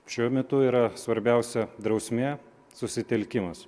šiuo metu yra svarbiausia drausmė susitelkimas